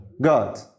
God